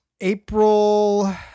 April